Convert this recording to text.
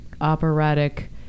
operatic